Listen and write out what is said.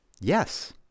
Yes